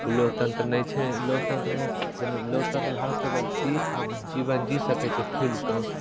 ओ लोकतन्त्र नहि छै लोकतन्त्रमे जेना लोकतन्त्रमे हर कोइ व्यक्ति अपन जीवन जी सकै छै खुलि कऽ